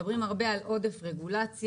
מדברים הרבה על עודף רגולציה.